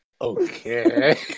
Okay